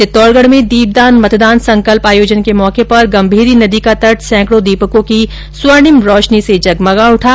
चित्तौडगढ में दीपदान मतदान संकल्प आयोजन के मौके पर गंभीरी नदी का तट सैकड़ों दीपकों की स्वर्णीम रोशनी से जगमगा उठा